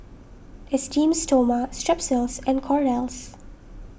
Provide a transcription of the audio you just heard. Esteem Stoma Strepsils and Kordel's